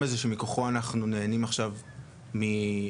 הזה שמכוחו אנחנו נהנים עכשיו מפירות.